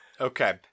Okay